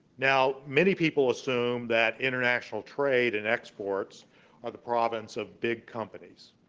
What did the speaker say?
now, many people assume that international trade and exports are the province of big companies.